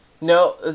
No